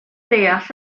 deall